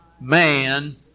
man